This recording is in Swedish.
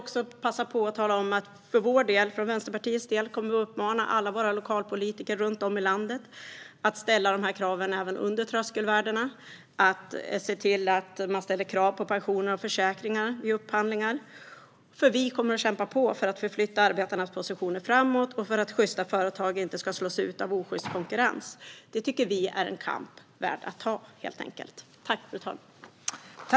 Jag vill passa på att tala om att Vänsterpartiet kommer att uppmana alla våra lokalpolitiker runt om i landet att ställa de här kraven även under tröskelvärdena och att se till att ställa krav på pensioner och försäkringar vid upphandlingar. Vi kommer att kämpa på för att förflytta arbetarnas positioner framåt och för att sjysta företag inte ska slås ut på grund av osjyst konkurrens. Det tycker vi är en kamp värd att ta.